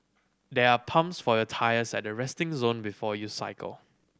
there are pumps for your tyres at the resting zone before you cycle